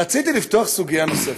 רציתי לפתוח סוגיה נוספת.